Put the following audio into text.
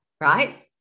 right